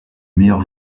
meilleur